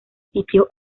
sitio